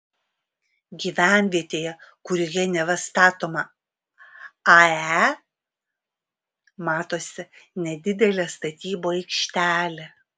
gyvenvietėje kurioje neva statoma ae matosi nedidelė statybų aikštelė